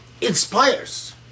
inspires